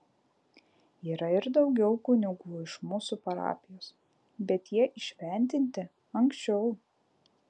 yra ir daugiau kunigų iš mūsų parapijos bet jie įšventinti anksčiau